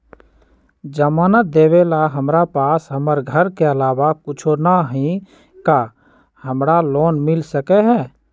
जमानत देवेला हमरा पास हमर घर के अलावा कुछो न ही का हमरा लोन मिल सकई ह?